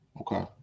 Okay